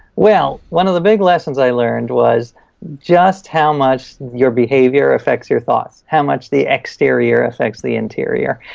well, one of the big lessons i learned was just how much your behavior affects your thoughts, how much the exterior affects the interior.